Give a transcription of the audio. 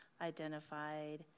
identified